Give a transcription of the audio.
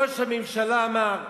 ראש הממשלה אמר: